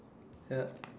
ya